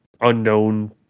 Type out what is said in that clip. unknown